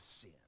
sin